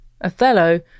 Othello